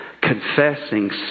confessing